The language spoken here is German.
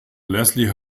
leslie